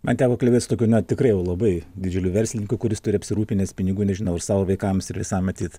man teko kalbėt su tokiu na tikrai jau labai didžiuliu verslininku kuris turi apsirūpinęs pinigų nežinau ir sau ir vaikams ir visam matyt